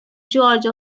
george